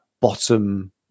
bottom